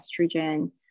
estrogen